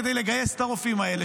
כדי לגייס את הרופאים האלה,